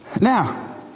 Now